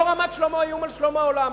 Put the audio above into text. לא רמת-שלמה היא איום על שלום העולם.